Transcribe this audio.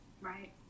Right